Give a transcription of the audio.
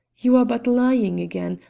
you are but lying again.